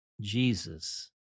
Jesus